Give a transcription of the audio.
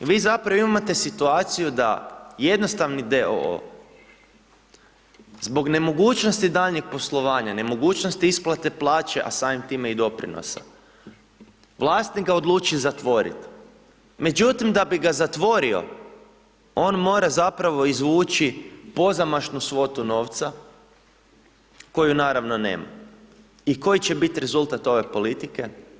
Vi zapravo imate situaciju da jednostavni d.o.o. zbog nemogućnosti daljnjeg poslovanja, nemogućnosti isplate plaće, a samim time i doprinosa, vlasnik ga odluči zatvoriti, međutim, da bi ga zatvorio, on mora zapravo izvući pozamašnu svotu novca, koju naravno nema i koji će biti rezultat ove politike?